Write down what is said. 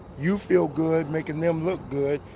you feel good makin' them look good,